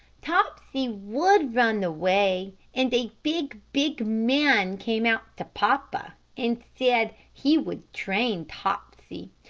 topsy would run away, and a big, big man came out to papa and said he would train topsy.